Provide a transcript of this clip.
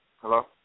Hello